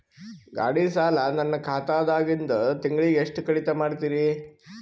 ಗಾಢಿ ಸಾಲ ನನ್ನ ಖಾತಾದಾಗಿಂದ ತಿಂಗಳಿಗೆ ಎಷ್ಟು ಕಡಿತ ಮಾಡ್ತಿರಿ?